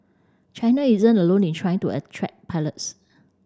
China isn't alone in trying to attract pilots